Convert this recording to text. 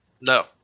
No